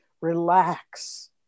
relax